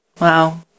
Wow